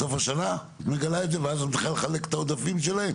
בסוף השנה את מגלה את זה ואז מתחילה לחלק את העודפים שלהם?